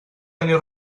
tenir